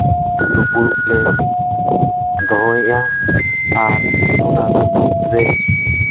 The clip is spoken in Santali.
ᱫᱩᱯᱲᱩᱵ ᱞᱮ ᱫᱚᱦᱚᱭᱮᱫᱼᱟ ᱟᱨ ᱚᱱᱟ ᱫᱩᱯᱲᱩᱵ ᱨᱮ